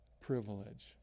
privilege